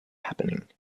happening